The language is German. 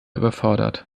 überfordert